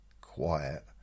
quiet